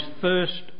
first